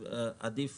עדיף